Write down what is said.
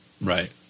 Right